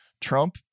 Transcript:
Trump